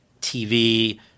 TV